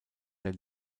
der